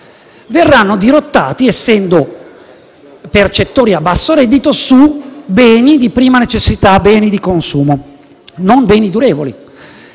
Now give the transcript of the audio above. verranno dirottati (essendo percettori a basso reddito) su beni di prima necessità: beni di consumo, non beni durevoli.